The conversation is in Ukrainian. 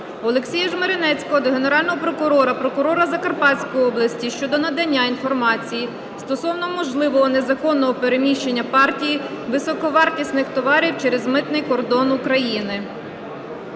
Олексія Жмеренецького до Генерального прокурора, прокурора Закарпатської області щодо надання інформації стосовно можливого незаконного переміщення партії високовартісних товарів через митний кордон України.